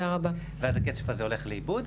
ואז הכסף הזה הולך לאיבוד.